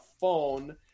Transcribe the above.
phone